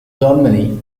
germany